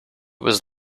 was